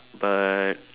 but